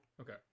Okay